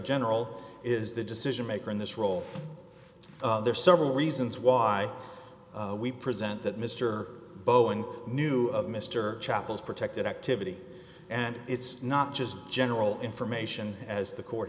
general is the decision maker in this role there are several reasons why we present that mr boeing knew of mr chappell's protected activity and its not just general information as the court